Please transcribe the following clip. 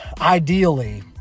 ideally